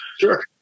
Sure